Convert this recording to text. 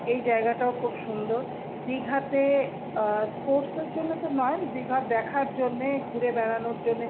এই জায়গাটাও খুব সুন্দর দীঘাতে স্পোর্টসের জন্যে তো নয় দীঘা দেখার জন্যে ঘুরে বেড়ানোর জন্যে